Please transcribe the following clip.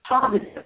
positive